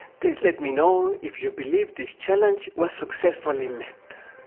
please let me know if you believe this challenge was successfully met.